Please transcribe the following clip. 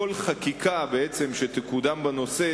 כל חקיקה שתקודם בנושא,